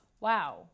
Wow